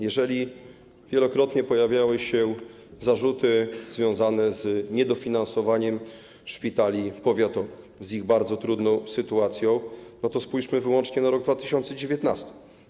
Jeżeli wielokrotnie pojawiały się zarzuty związane z niedofinansowaniem szpitali powiatowych, z ich bardzo trudną sytuacją, to spójrzmy wyłącznie na rok 2019.